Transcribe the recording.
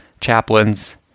chaplains